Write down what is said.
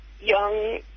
young